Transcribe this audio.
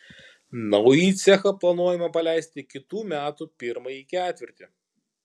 naująjį cechą planuojama paleisti kitų metų pirmąjį ketvirtį